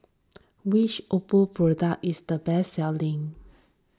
which Oppo product is the best selling